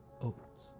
oats